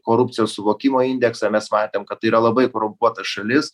korupcijos suvokimo indeksą mes matėm kad yra labai korumpuota šalis